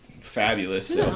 fabulous